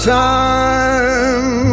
time